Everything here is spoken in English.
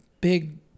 big